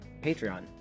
patreon